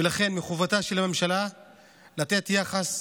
מחובתה של הממשלה לתת יחס,